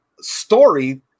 story